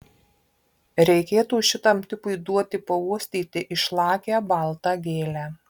reikėtų šitam tipui duoti pauostyti išlakią baltą gėlę